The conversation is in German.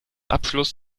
abschluss